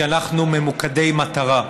כי אנחנו ממוקדי מטרה.